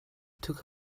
took